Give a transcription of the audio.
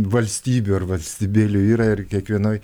valstybių ar valstybėlių yra ir kiekvienoj